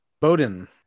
bowden